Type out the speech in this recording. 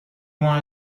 wanna